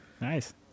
Nice